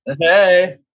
hey